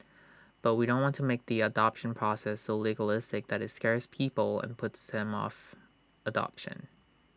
but we don't want to make the adoption process so legalistic that IT scares people and puts them off adoption